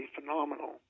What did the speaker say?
phenomenal